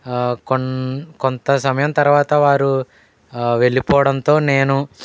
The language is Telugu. కొంత కొంత సమయం తర్వాత వారు వెళ్లిపోవడంతో నేను